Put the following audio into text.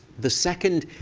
the second,